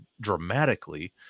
dramatically